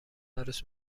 عروس